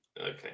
Okay